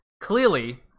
clearly